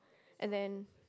and then